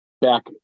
back